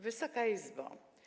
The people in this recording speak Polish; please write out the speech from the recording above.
Wysoka Izbo!